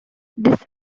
this